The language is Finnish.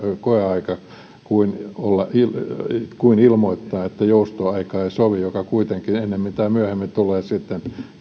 koeaika kuin ilmoittaa että joustotyöaika ei sovi kun se kuitenkin ennemmin tai myöhemmin tulee sitten